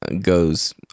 goes